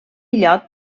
illot